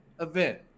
event